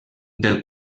del